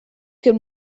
could